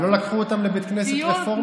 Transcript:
ולא לקחו אותם לבית כנסת רפורמי?